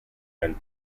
and